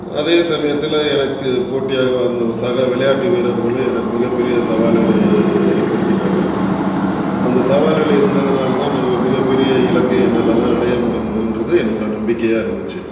அதே சமயத்தில் எனக்கு போட்டியாக வந்த ஒரு சக விளையாட்டு வீரர்களும் எனக்கு மிகப்பெரிய சவால்கள ஏற்படுத்தினார்கள் அந்த சவாகள் இருந்ததுனால் தான் நான் மிகப்பெரிய இலக்கை என்னாலெல்லாம் அடைய முடிந்ததுங்றது என்னோடய நம்பிக்கையாக இருந்துச்சு